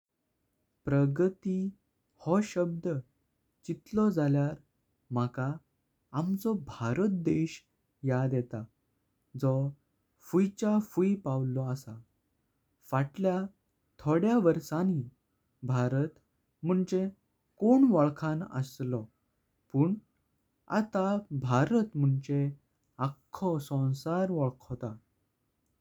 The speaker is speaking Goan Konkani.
प्रगति हो शब्द चित्तलो जाल्यार मका आमचो भारत देश आठवतात जो फुच्यां फुय पावलो आस। फाटल्या थोड्या वर्षानी भारत मोंचे कोण वोल्खणा आसलो पण आता भारत मोंचे आख्या संसार वोल्खोप।